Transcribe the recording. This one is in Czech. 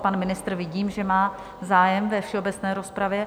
Pan ministr vidím, že má zájem ve všeobecné rozpravě.